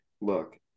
look